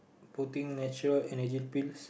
putting natural Energy Pills